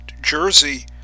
Jersey